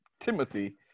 Timothy